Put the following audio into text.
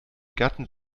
gatten